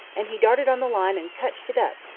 and he darted on the line and cotched it up,